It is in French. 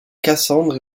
cassandre